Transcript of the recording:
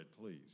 please